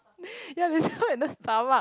ya stab her in the stomach